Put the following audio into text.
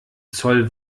zoll